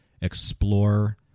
explore